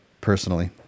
personally